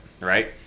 Right